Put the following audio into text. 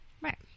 Right